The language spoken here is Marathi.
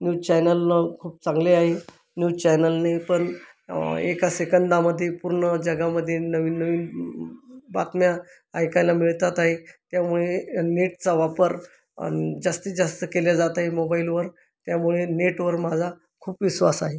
न्यूज चॅनल व खूप चांगले आहे न्यूज चॅनलने पण एका सेकंदामधे पूर्ण जगामध्ये नवीन नवीन बातम्या ऐकायला मिळतात आहे त्यामुळे नेटचा वापर अन् जास्तीत जास्त केल्या जात आहे मोबाईलवर त्यामुळे नेटवर माझा खूप विश्वास आहे